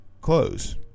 close